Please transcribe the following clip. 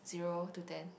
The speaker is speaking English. zero to ten